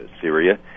Syria